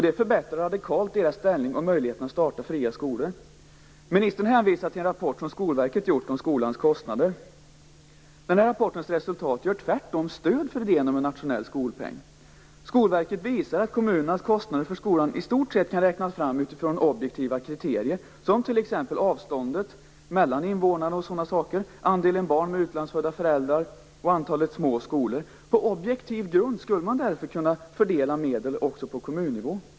Det förbättrar radikalt skolornas ställning och möjligheten att starta fria skolor. Ministern hänvisar till en rapport som Skolverket har lagt fram om skolans kostnader. Resultaten i rapporten ger tvärtom stöd för idén om en nationell skolpeng. Skolverket visar att kommunernas kostnader för skolan i stort sett kan räknas fram utifrån objektiva kriterier som t.ex. avstånden mellan invånarna, andelen barn med utlandsfödda föräldrar och antalet små skolor. På objektiv grund skulle man därmed kunna fördela medel också på kommunnivå.